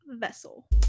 Vessel